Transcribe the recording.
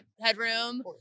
headroom